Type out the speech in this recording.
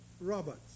robots